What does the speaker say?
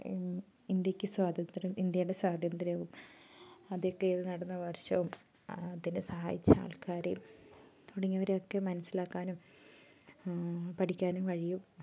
ഇന്ത്യയ്ക്ക് സ്വാതന്ത്ര്യം ഇന്ത്യയുടെ സ്വാതന്ത്ര്യവും അതൊക്കെ നടന്ന വർഷവും അതിനു സഹായിച്ച ആൾക്കാരെയും തുടങ്ങിയവരെയൊക്കെ മനസ്സിലാക്കാനും പഠിക്കാനും കഴിയും